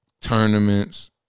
tournaments